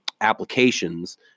applications